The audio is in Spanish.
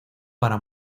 para